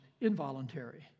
involuntary